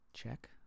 check